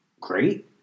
great